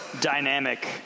dynamic